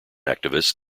activists